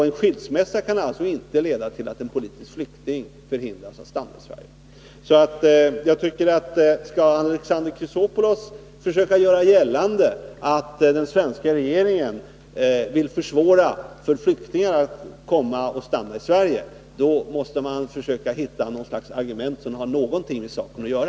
En skilsmässa kan alltså inte leda till att en politisk flykting förhindras att stanna i Sverige. Jag tycker att om Alexander Chrisopoulos skall försöka göra gällande att den svenska regeringen vill försvåra för flyktingar att komma till och stanna i Sverige, då måste han hitta något slags argument som har någonting med saken att göra.